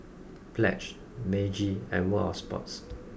Pledge Meiji and World Of Sports